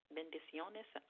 Bendiciones